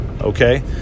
Okay